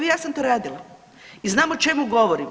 Ja sam to radila i znam o čemu govorim.